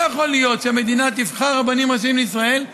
לא יכול להיות שהמדינה תבחר רבנים ראשיים לישראל,